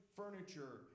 furniture